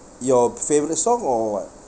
your favourite song or what